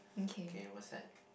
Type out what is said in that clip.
can you WhatsApp